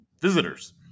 visitors